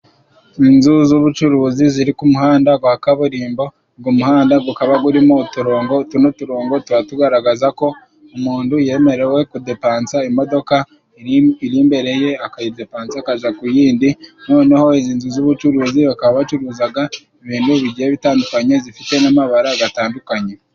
Inzu z'ubucuruzi ziri ku muhanda gwa kaburimbo, ugwo muhanda gukaba gurimo uturongo, tuno turongo tuba tugaragaza ko umuntu yemerewe kudepansa imodoka iri imbere ye, akayidepansa akaza ku yindi, noneho izi nzu z'ubucuruzi bakaba bacuruzaga ibintu bigiye bitandukanye, zifite n'amabara gatandukanye.